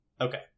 okay